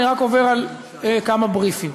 אני רק עובר על כמה בריפים.